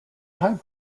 time